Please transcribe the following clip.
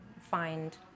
find